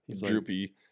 droopy